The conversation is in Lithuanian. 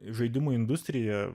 žaidimų industrija